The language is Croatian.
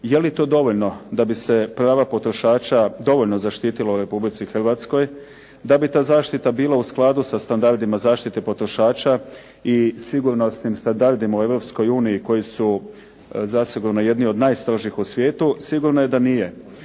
je li to dovoljno da bi se prava potrošača dovoljno zaštitila u Republici Hrvatskoj? Da bi ta zaštita bila u skladu sa standardima zaštite potrošača i sigurnosnim standardima u Europskoj uniji koji su zasigurno jedni od najstrožih u svijetu, sigurno je da nije.